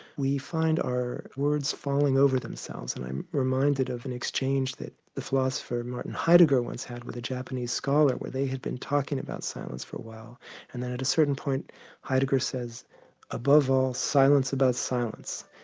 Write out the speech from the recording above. we find our words falling over themselves and i'm reminded of an exchange that the philosopher martin heidegger once had with a japanese scholar where they had been talking about silence for a while and then at a certain point heidegger says above all silence about silence.